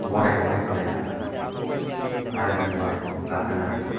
गराइखौहाय सालायनो हागोन आरो जों गराइखौ गाखोनो हागोन